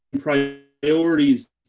priorities